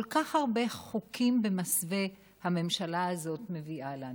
כל כך הרבה חוקים במסווה הממשלה הזאת מביאה לנו.